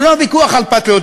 הוא לא ויכוח על פטריוטיזם,